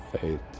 faith